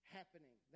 happening